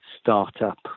startup